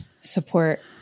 support